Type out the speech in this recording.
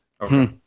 Okay